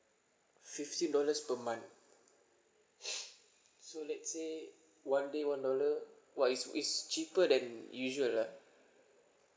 fifteen dollars per month so let's say one day one dollar !wah! it's it's cheaper than usual lah